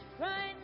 right